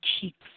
cheeks